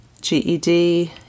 GED